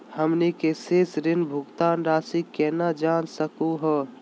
हमनी के शेष ऋण भुगतान रासी केना जान सकू हो?